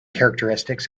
characteristics